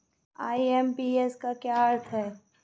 IMPS का क्या अर्थ है?